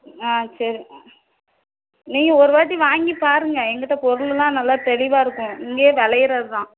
ஆ சரி நீங்கள் ஒரு வாட்டி வாங்கிப்பாருங்க எங்கிட்ட பொருள்லாம் நல்லா தெளிவாக இருக்கும் இங்கையே விளையிறது தான்